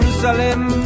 Jerusalem